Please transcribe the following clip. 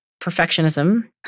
Perfectionism